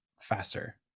faster